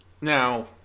Now